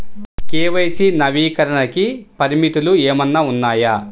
KYC నవీకరణకి పరిమితులు ఏమన్నా ఉన్నాయా?